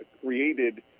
created